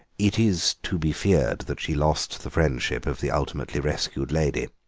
it is to be feared that she lost the friendship of the ultimately rescued lady.